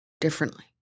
differently